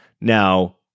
Now